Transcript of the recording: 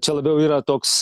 čia labiau yra toks